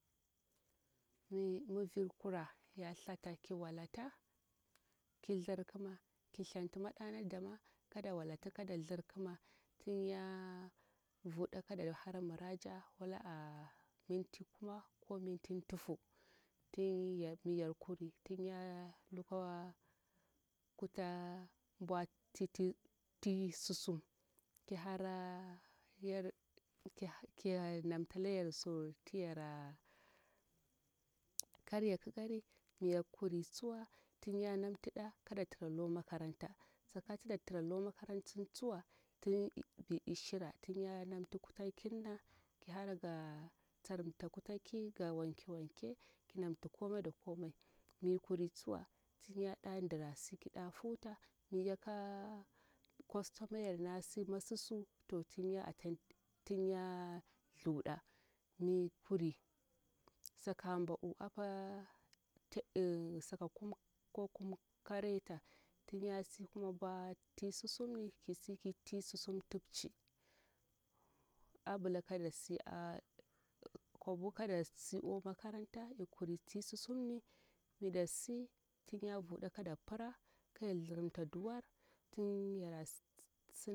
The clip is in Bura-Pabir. Mivir kura yathata kiwalata kidir kima kithenti maɗana dama kada walati kada dirkima tinya vuda kada hara muraja'a wala'a minti kuma ko mintin ntufu tin miyar kuri tinya lukwa kuta mbwa ti susum kihara kina talayar su tiyara karya kikari mikuri tsuwa tiya namtuɗa kaɗa lo makaranta sakati da tra lo makarantun tsuwa tin zin ishira tin ya namtu kuta kinna kiharaga tsarumta kutaki ga wanke wanke kinamtu kome da kome mikuri tswa tiyaɗa ndrasai kida huta miyaka customayar nasi masu su to tinya attaind, tinyaa thuɗa mi kuri sakan mba'u apa eh saka kum ko kum ka reta tinya si kwa mbwa ti susum ni kisi ki ti susum tipci ambla kadasi a kwabu kadasi o makaranta ikuri ti susum ni midasi tinya vuda kada ora kayar thirimta duwar tin yara